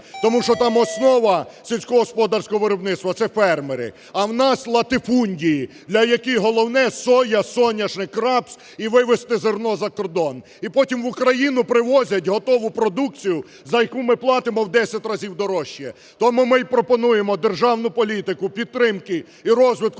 тому що там основа сільськогосподарського виробництва – це фермери, а в нас – латифундії, для яких головне соя, соняшник, рапс і вивезти зерно за кордон. І потім в Україну привозять готову продукцію, за яку ми платимо в десять разів дорожче. Тому ми і пропонуємо державну політику підтримки і розвитку